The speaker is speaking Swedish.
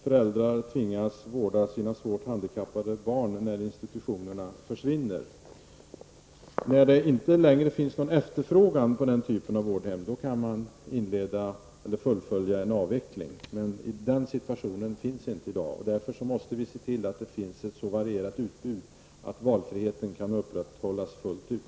Föräldrar tvingas vårda sina svårt handikappade barn när institutionerna försvinner. När det inte längre finns någon efterfrågan på denna typ av vårdhem kan man fullfölja en avveckling. Men den situationen råder inte i dag. Vi måste därför se till att det finns ett så varierat utbud att valfriheten kan upprätthållas fullt ut.